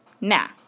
Now